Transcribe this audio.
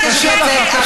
אני מבקשת לצאת עד ההצבעה.